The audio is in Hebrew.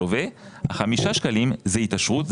חמשת השקלים זו התעשרות,